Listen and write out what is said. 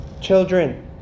Children